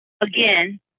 Again